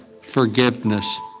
forgiveness